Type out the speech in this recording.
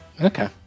Okay